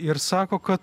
ir sako kad